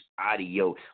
audio